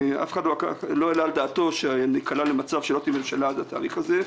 אף אחד לא העלה על דעתו שלא תהיה ממשלה עד לתאריך הזה.